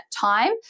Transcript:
time